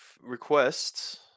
requests